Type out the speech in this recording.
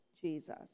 Jesus